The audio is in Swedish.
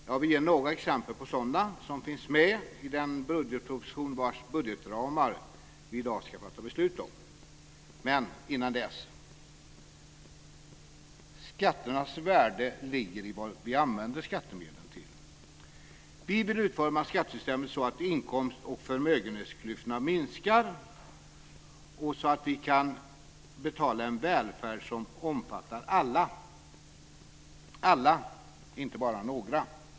Jag vill ge några exempel på sådana som finns med i den budgetproposition vars budgetramar vi i dag ska fatta beslut om. Men dessförinnan: Skatternas värde ligger i vad vi använder skattemedlen till. Vi vill utforma skattesystemet så att inkomst och förmögenhetsklyftorna minskar och så att vi kan betala en välfärd som omfattar alla. Alla - inte bara några.